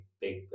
big